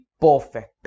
perfect